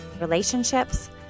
relationships